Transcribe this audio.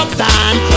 time